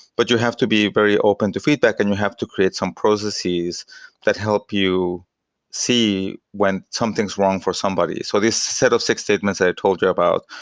but you have to be very open to feedback and you have to create some processes that help you see when something's wrong for somebody. so this set of six statements i had told you about,